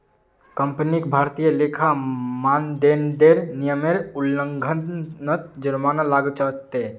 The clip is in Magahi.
कंपनीक भारतीय लेखा मानदंडेर नियमेर उल्लंघनत जुर्माना लगाल जा तेक